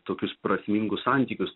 tokius prasmingus santykius